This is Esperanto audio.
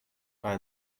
kaj